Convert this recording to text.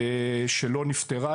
שלא נפתרה.